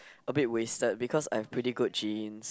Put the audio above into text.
a bit wasted because I have pretty good genes